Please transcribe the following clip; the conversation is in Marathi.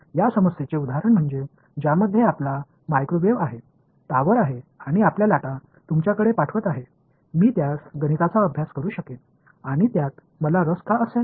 या समस्येचे उदाहरण म्हणजे ज्यामध्ये आपला मायक्रोवेव्ह आहे टॉवर आहे आणि आपल्या लाटा तुमच्याकडे पाठवत आहे मी त्यास गणिताचा अभ्यास करू शकेन आणि त्यात मला रस का असेल